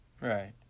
right